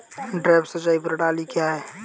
Drip सिंचाई प्रणाली क्या है?